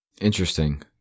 Interesting